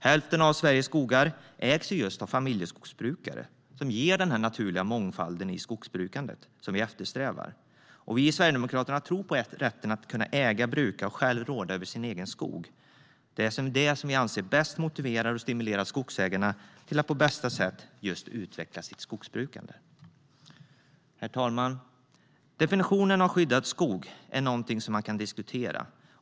Hälften av Sveriges skogar ägs av familjeskogsbrukare som ger den naturliga mångfald i skogsbrukandet som vi eftersträvar. Vi i Sverigedemokraterna tror på rätten att äga, bruka och själv råda över sin egen skog. Det är det som vi anser bäst motiverar och stimulerar skogsägarna till att på bästa sätt utveckla sitt skogsbrukande. Herr talman! Definitionen av skyddad skog är någonting som man kan diskutera.